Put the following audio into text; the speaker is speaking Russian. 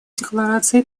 декларации